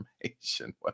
information